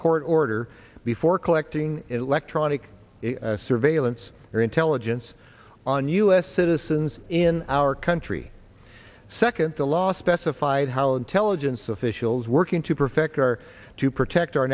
court order before collecting electronic surveillance or intelligence on u s citizens in our country second to last testified how intelligence officials working to perfect or to protect our